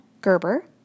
Gerber